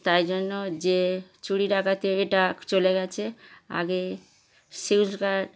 তাই জন্য যে চুরি ডাকাতি এটা চলে গিয়েছে আগে শিডিউল কাস্ট